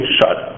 shut